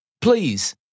Please